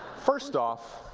first off,